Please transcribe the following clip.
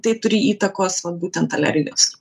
tai turi įtakos vat būtent alergijos